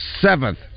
seventh